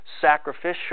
sacrificial